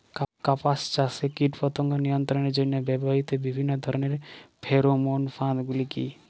কাপাস চাষে কীটপতঙ্গ নিয়ন্ত্রণের জন্য ব্যবহৃত বিভিন্ন ধরণের ফেরোমোন ফাঁদ গুলি কী?